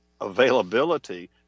availability